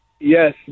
Yes